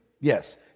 Yes